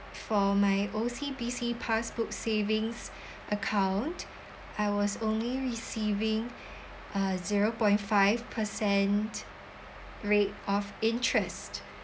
for my O_C_B_C passbook savings account I was only receiving uh zero point five percent rate of interest